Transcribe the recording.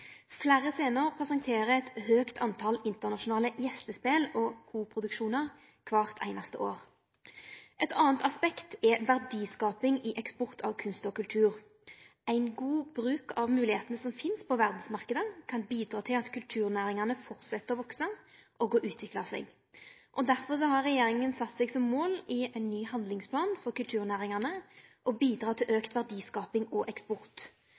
Fleire scener presenterer eit høgt tal internasjonale gjestespel og co-produksjonar kvart einaste år. Eit anna aspekt er verdiskaping i eksport av kunst og kultur. Ein god bruk av moglegheita som finst på verdsmarknaden, kan bidra til at kulturnæringane fortset å vekse og utvikle seg. Derfor har regjeringa sett seg som mål i ein ny handlingsplan for kulturnæringane å bidra til auka verdiskaping og eksport.